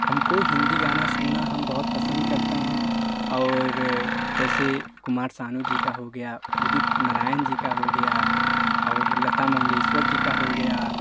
हमको हिंदी गाना सुनना हम बहुत पसंद करते हैं और जैसे कुमार सानू जी का हो गया उदित नारायण जी का हो गया और लता मंगेशकर जी का हो गया